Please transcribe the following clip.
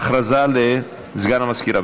הודעה לסגן המזכירה.